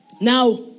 Now